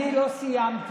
אני לא סיימתי,